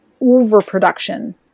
overproduction